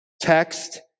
text